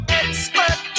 expert